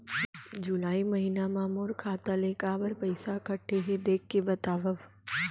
जुलाई महीना मा मोर खाता ले काबर पइसा कटे हे, देख के बतावव?